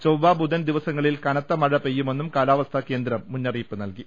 ചൊവ്വ ബുധൻ ദിവസങ്ങളിൽ കനത്ത മഴ പെയ്യുമെന്നും കാലാവസ്ഥാ കേന്ദ്രം മുന്നറിയിപ്പ് നൽകി